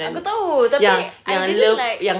aku tahu tapi I didn't like